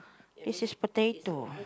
this is potato